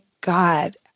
God